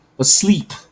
asleep